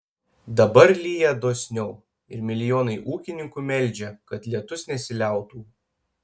dabar lyja dosniau ir milijonai ūkininkų meldžia kad lietus nesiliautų